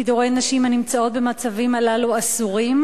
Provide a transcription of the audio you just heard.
פיטורי נשים הנמצאות במצבים הללו אסורים,